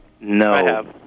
No